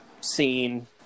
seen